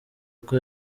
uko